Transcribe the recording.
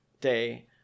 day